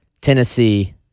Tennessee